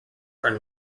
are